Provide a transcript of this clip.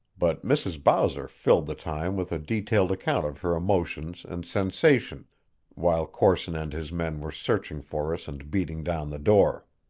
but mrs. bowser filled the time with a detailed account of her emotions and sensations while corson and his men were searching for us and beating down the door.